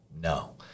No